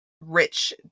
Rich